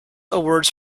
awards